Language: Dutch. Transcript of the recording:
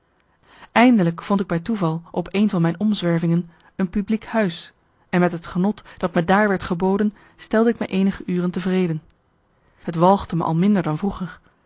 eindelijk vond ik bij toeval op een van mijn omzwervingen een publiek huis en met het genot dat me daar werd geboden stelde ik me eenige uren tevreden het walgde me al minder dan vroeger